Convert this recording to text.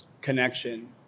connection